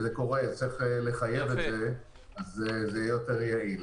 זה צריך לחייב את זה וזה יהיה יותר יעיל.